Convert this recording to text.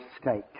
state